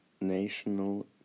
National